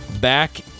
back